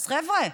אז חבר'ה,